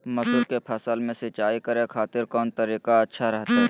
मसूर के फसल में सिंचाई करे खातिर कौन तरीका अच्छा रहतय?